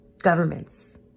governments